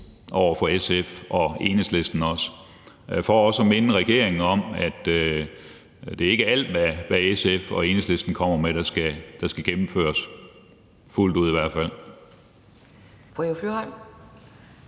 over for SF og Enhedslisten for også at minde regeringen om, at det ikke er alt, hvad SF og Enhedslisten kommer med, der skal gennemføres, fuldt ud i hvert fald. Kl.